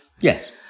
Yes